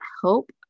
help